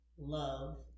love